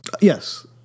Yes